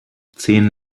zehn